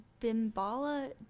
Bimbala